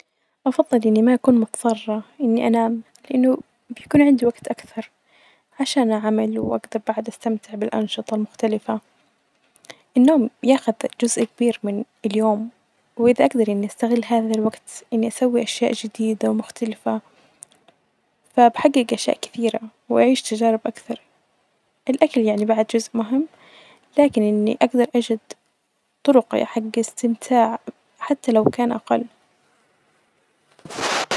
أفظل اني ما أكون مظطرة إني أنام لإنه بيكون عندي وقت أكثر عشان عمل وأجدر بعد استمتع بالأنشطة المختلفة ،،النوم بياخد جزء كبير من اليوم وإذا أجدر إني أستغل هذا الوقت إني أسوي أشياء جديدة ومختلفة ،فبحجج أشياء كثيرة ،وأعيش تجارب أكثر ،الأكل يعني بعد جزء مهم لكن اني أجدر أجد طرق حج استمتاع حتى لو كان أقل.